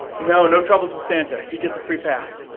no, no troubles with santa. he gets a free pass.